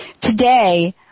Today